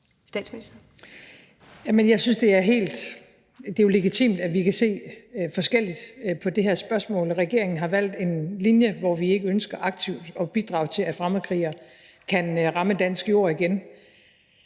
Frederiksen): Jeg synes jo, det er legitimt, at vi kan se forskelligt på det her spørgsmål, og regeringen har valgt en linje, hvor vi ikke ønsker aktivt at bidrage til, at fremmedkrigere kan ramme dansk jord igen,